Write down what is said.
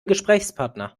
gesprächspartner